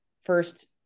first